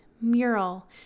mural